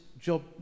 job